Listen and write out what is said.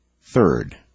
third